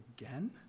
again